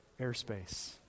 airspace